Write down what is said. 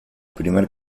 primer